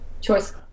choice